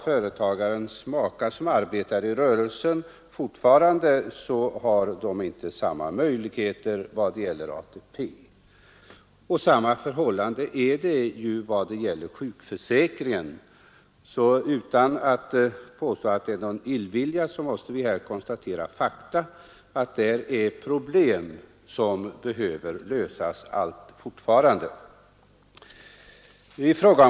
Företagares maka som arbetar i rörelsen har ju fortfarande inte samma möjligheter när det gäller ATP och sjukförsäkring. Utan att påstå att det är någon illvilja så måste vi här konstatera fakta — att det allt fortfarande finns problem som pockar på att lösas.